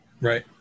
right